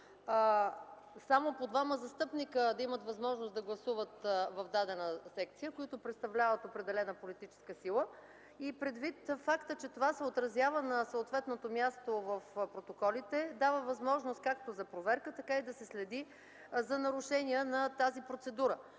само по двама застъпници да имат възможност да гласуват в дадена секция, които представляват определена политическа сила, и предвид факта, че това се отразява на съответното място в протоколите, се дава възможност както за проверка, така и да се следи за нарушения на тази процедура.